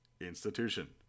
Institution